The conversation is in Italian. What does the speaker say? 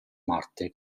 marte